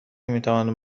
میتوانم